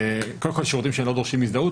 קודם כל יש שירותים שלא דורשים הזדהות,